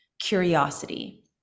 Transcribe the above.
curiosity